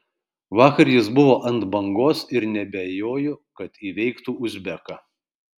vakar jis buvo ant bangos ir neabejoju kad įveiktų uzbeką